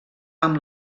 amb